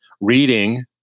reading